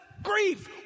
Grief